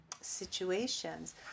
situations